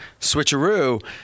switcheroo